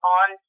on